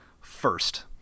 First